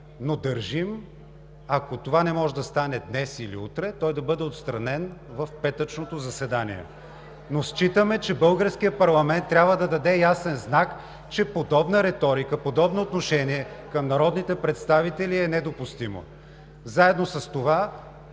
но държим, ако това не може да стане днес или утре, той да бъде отстранен в петъчното заседание. Считаме, че българският парламент трябва да даде ясен знак, че подобна риторика, подобно отношение към народните представители е недопустимо. Заедно с това